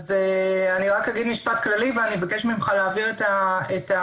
אני אומר משפט כללי ואני אבקש ממך להעביר את השרביט